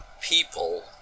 people